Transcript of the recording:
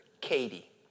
Katie